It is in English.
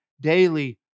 daily